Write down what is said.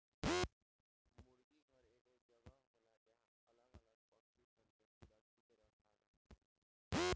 मुर्गी घर एगो जगह होला जहां अलग अलग पक्षी सन के सुरक्षित रखाला